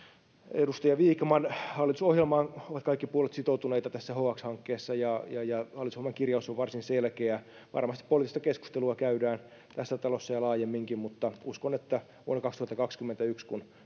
edustaja vikman hallitusohjelmaan ovat kaikki puolueet sitoutuneita tässä hx hankkeessa ja ja hallitusohjelman kirjaus on varsin selkeä varmasti poliittista keskustelua käydään tässä talossa ja laajemminkin mutta uskon että vuonna kaksituhattakaksikymmentäyksi kun